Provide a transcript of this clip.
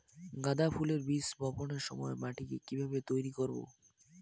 গাদা ফুলের বীজ বপনের সময় মাটিকে কিভাবে তৈরি করব?